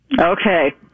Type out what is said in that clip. Okay